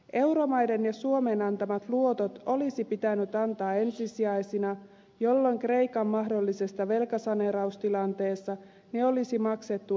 euromaiden ja suomen antamat luotot olisi pitänyt antaa ensisijaisina jolloin kreikan mahdollisessa velkasaneeraustilanteessa ne olisi maksettu ensimmäisinä